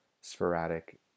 sporadic